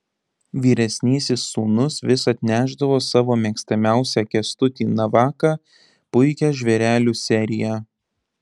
vyresnysis sūnus vis atnešdavo savo mėgstamiausią kęstutį navaką puikią žvėrelių seriją